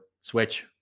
switch